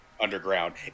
underground